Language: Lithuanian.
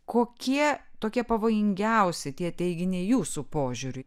kokie tokie pavojingiausi tie teiginiai jūsų požiūriu